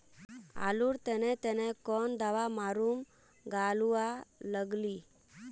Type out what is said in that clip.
आलूर तने तने कौन दावा मारूम गालुवा लगली?